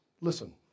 listen